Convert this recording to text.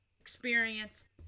experience